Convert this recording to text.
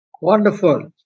Wonderful